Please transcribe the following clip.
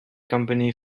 company